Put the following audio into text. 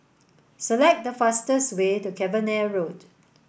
Select the fastest way to Cavenagh Road